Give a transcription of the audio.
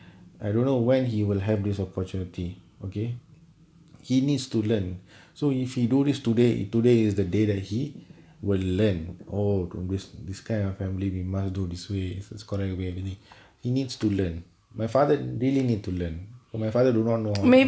I don't know when he will have this opportunity okay he needs to learn so if you do this today today is the day that he will learn oh to this this guy of family we must do this way if it's correct we have already he needs to learn my father daily need to learn when my father do not know how to